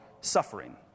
suffering